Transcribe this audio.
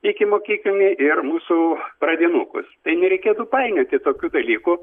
ikimokyklinį ir mūsų pradinukus tai nereikėtų painioti tokių dalykų